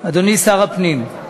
אדוני שר הפנים,